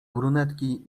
brunetki